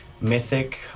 Mythic